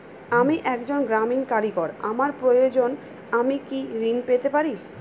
আমি একজন গ্রামীণ কারিগর আমার প্রয়োজনৃ আমি কি ঋণ পেতে পারি?